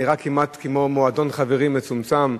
נראה כמעט כמו מועדון חברים מצומצם,